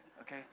okay